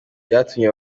byatumye